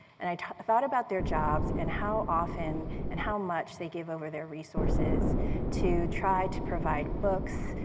and i thought about their jobs, and how often, and how much they gave over their resources to try to provide books,